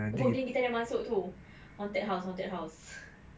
oh then kita ada masuk tu haunted house haunted house